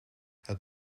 het